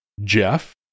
Jeff